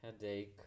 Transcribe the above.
headache